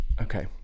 Okay